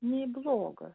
nei blogas